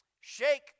shake